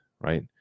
Right